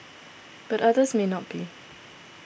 but others may not be